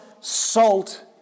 salt